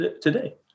today